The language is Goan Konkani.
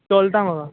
चलता म्हाका